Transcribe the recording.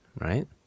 right